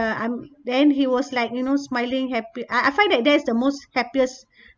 I'm then he was like you know smiling happy I find that that's the most happiest